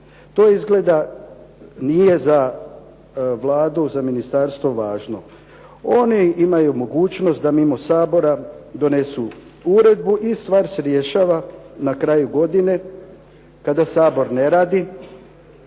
To izgleda nije za Vladu, za ministarstvo važno. Oni imaju mogućnost da mimo Sabora donesu uredbu i stvar se rješava na kraju godine kada Sabor ne radi,